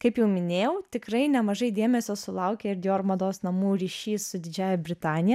kaip jau minėjau tikrai nemažai dėmesio sulaukė ir dior mados namų ryšys su didžiąja britanija